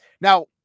Now